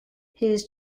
his